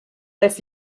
als